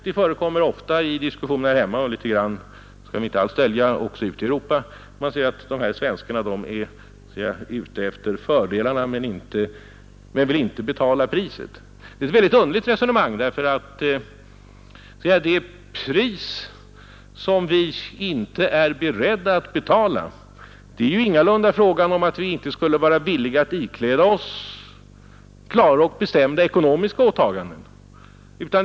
Det förekommer ofta i diskussionerna här hemma och ibland — det skall vi inte alls dölja — också ute i Europa att man säger: De här svenskarna, de är ute efter fördelarna men vill inte betala priset. Det är ett väldigt underligt resonemang. Det är ingalunda fråga om att vi inte skulle vara villiga att ikläda oss klara och bestämda ekonomiska åtaganden.